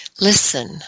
Listen